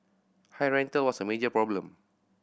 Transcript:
high rental was a major problem